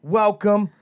welcome